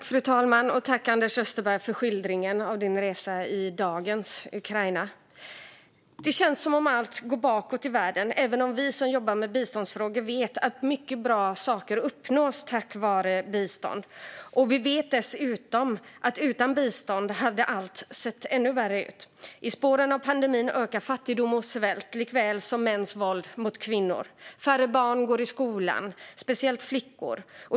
Fru talman! Jag tackar Anders Österberg för skildringen av hans resa i dagens Ukraina. Det känns som om allt går bakåt i världen, även om vi som jobbar med biståndsfrågor vet att mycket bra saker uppnås tack vare bistånd. Utan bistånd hade dessutom allt sett ännu värre ut. I spåren av pandemin ökar fattigdom och svält likaväl som mäns våld mot kvinnor. Färre barn går i skolan, speciellt flickor.